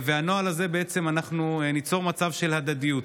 בנוהל הזה אנחנו ניצור מצב של הדדיות.